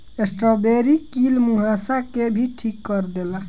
strawberry कील मुंहासा के भी ठीक कर देला